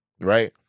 right